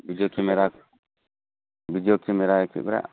video camera खेबग्रा